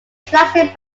flagship